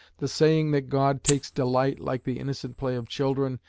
the saying that god takes delight, like the innocent play of children,